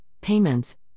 payments